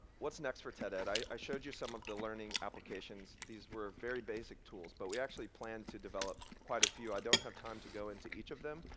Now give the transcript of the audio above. what's next for ted-ed? i i showed you some of the learning applications. these were very basic tools. but we actually plan to develop quite a few. i don't have time to go into each of them,